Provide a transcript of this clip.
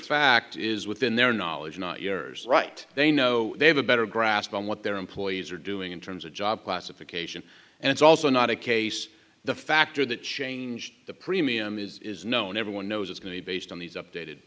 fact is within their knowledge not yours right they know they have a better grasp on what their employees are doing in terms of job classification and it's also not a case the factor that changed the premium is known everyone knows it's going to be based on these updated